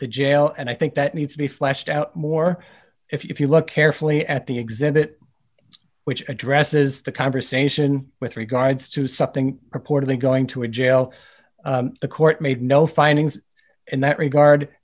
e jail and i think that needs to be fleshed out more if you look carefully at the exhibit which addresses the conversation with regards to something reportedly going to a jail the court made no findings in that regard